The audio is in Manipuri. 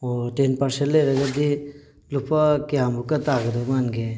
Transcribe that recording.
ꯑꯣ ꯇꯦꯟ ꯄꯥꯔꯁꯦꯟ ꯂꯩꯔꯒꯗꯤ ꯂꯨꯄꯥ ꯀꯌꯥꯃꯨꯛꯀ ꯇꯥꯒꯗꯧ ꯃꯥꯟꯒꯦ